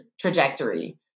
trajectory